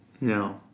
No